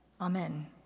Amen